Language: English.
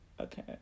okay